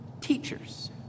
teachers